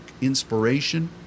inspiration